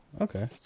okay